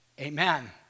Amen